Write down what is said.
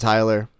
Tyler